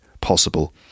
possible